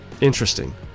interesting